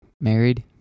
married